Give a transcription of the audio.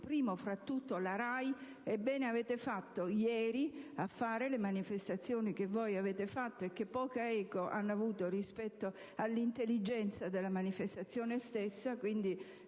prima fra tutti la RAI. E bene avete fatto ieri a fare la manifestazione, che poca eco ha avuto rispetto all'intelligenza della manifestazione stessa.